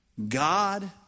God